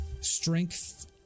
strength